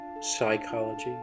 psychology